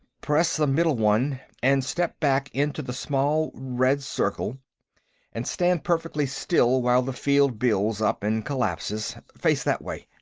press the middle one, and step back into the small red circle and stand perfectly still while the field builds up and collapses. face that way.